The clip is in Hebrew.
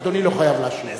אדוני לא חייב להשיב עליה.